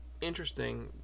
interesting